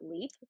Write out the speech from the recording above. leap